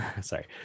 sorry